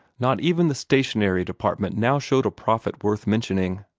not even the stationery department now showed a profit worth mentioning.